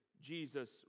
Jesus